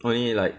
only like